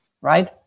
right